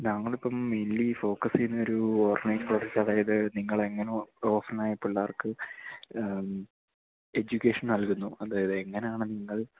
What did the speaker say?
ഞങ്ങളിപ്പം mainly focus ചെയ്യുന്നത് ഒരു ഓർഫണേജ് പ്രോജക്റ്റ് അതായത് നിങ്ങൾ എങ്ക ഓർഫണേജ് പിള്ളേർക്ക് എഡ്യൂക്കേഷൻ നൽകുന്നു അതായത് എങ്ങനെയാണ് നിങ്ങൾ